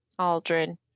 Aldrin